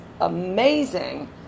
amazing